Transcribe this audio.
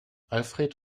alfred